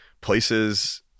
places